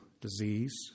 disease